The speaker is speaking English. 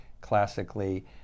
classically